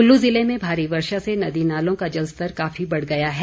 कुल्लू जिले में भारी वर्षा से नदी नालों का जलस्तर काफी बढ़ गया है